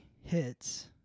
hits